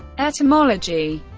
etymology